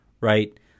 right